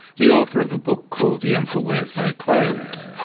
the author of a book called the emperor wears no clothes,